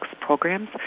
programs